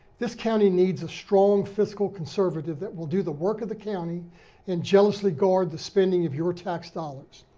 this county needs a strong fiscal conservative that will do the work of the county and jealously guard the spending of your tax dollars.